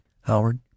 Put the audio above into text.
Howard